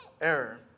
error